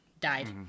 Died